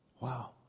Wow